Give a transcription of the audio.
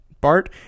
Bart